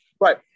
right